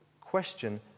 Question